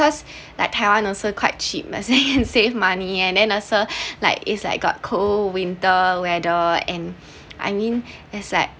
cause like taiwan also quite cheap can save money and then also like is like got cold winter weather and I mean it's like